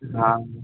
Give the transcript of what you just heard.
हँ